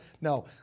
No